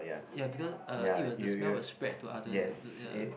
ya because uh it will the smell will spread to others ya